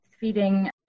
feeding